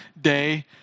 day